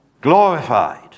glorified